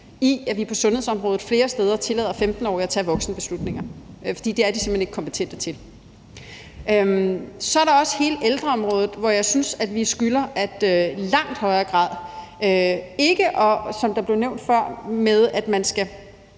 i, at vi på sundhedsområdet flere steder tillader 15-årige at tage voksenbeslutninger, for det er de simpelt hen ikke kompetente til. Så er der også hele ældreområdet, hvor jeg synes vi skylder i langt højere grad, at man ikke, som det blev nævnt før – jeg kan ikke